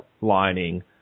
lining